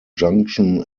junction